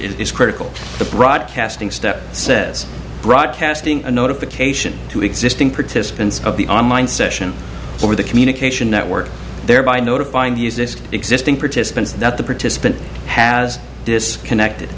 is critical the broadcasting step says broadcasting a notification to existing participants of the online session or the communication network thereby notifying the existing participants that the participant has disconnected